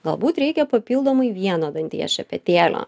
galbūt reikia papildomai vieno danties šepetėlio